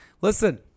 listen